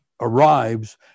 arrives